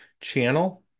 channel